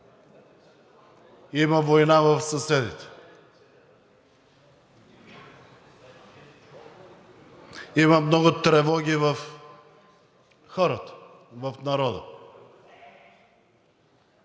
Има война в съседите. Има много тревоги в хората, в народа.